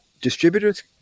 distributors